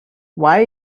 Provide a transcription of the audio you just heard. why